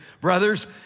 Brothers